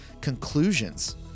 conclusions